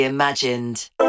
Imagined